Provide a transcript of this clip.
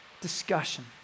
discussion